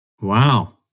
Wow